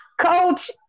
Coach